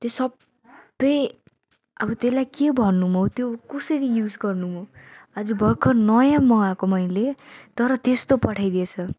त्यो सबै अब त्यसलाई के भन्नु म त्यो कसरी युज गर्नु म आज भर्खर नयाँ मगाएको मैले तर त्यस्तो पठाइदिएछ